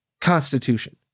Constitution